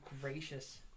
gracious